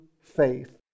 faith